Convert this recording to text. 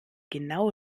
genau